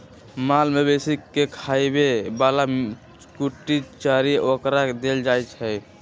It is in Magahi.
माल मवेशी के खीयाबे बला कुट्टी चरी ओकरा देल जाइ छै